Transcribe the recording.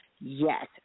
Yes